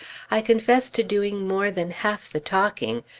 i confess to doing more than half the talking,